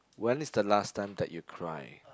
when is the last time that you cry